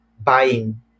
buying